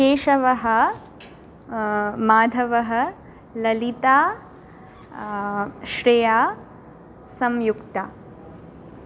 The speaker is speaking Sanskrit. केशवः माधवः ललिता श्रेया सम्युक्ता